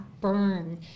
burn